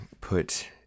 put